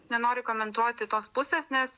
nenoriu komentuoti tos pusės nes